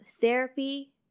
therapy